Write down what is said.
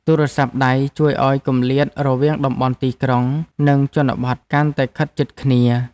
ទូរស័ព្ទដៃជួយឱ្យគម្លាតរវាងតំបន់ទីក្រុង និងជនបទកាន់តែខិតជិតគ្នា។